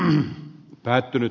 kannatan ed